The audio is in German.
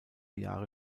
jahre